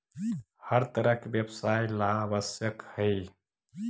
हर तरह के व्यवसाय ला आवश्यक हई